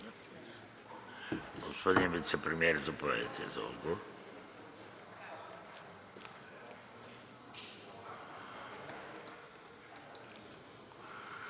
Благодаря